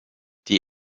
die